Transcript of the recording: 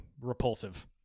repulsive